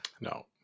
No